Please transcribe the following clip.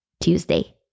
Tuesday